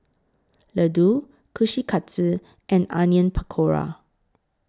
Ladoo Kushikatsu and Onion Pakora